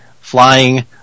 flying